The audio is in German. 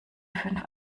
fünf